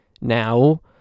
now